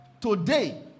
today